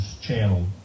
channel